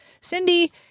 Cindy